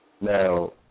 Now